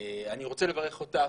אני רוצה לברך אותך,